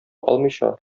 алмыйча